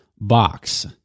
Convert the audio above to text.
box